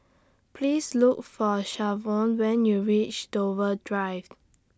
Please Look For Shavonne when YOU REACH Dover Drive